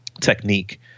technique